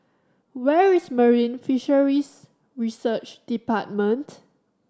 where is Marine Fisheries Research Department